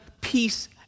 peace